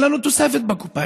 אין לנו תוספת בקופה.